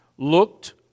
looked